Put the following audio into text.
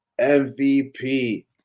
MVP